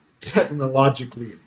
technologically